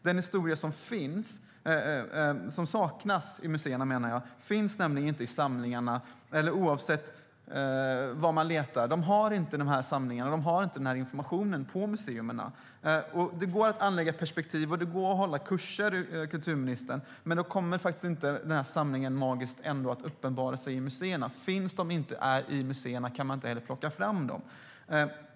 Den historia som saknas i museerna finns nämligen inte i samlingarna oavsett var man letar. De har inte de samlingarna och den informationen på museerna. Det går att anlägga ett perspektiv, och det går att hålla kurser, kulturministern. Men då kommer ändå inte samlingarna magiskt att uppenbara sig i museerna. Finns de inte i museerna kan man inte heller plocka fram dem.